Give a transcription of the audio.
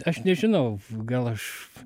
aš nežinau gal aš